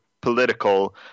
political